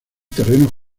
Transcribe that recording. terrenos